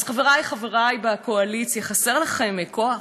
אז, חברי בקואליציה, חסר לכם כוח?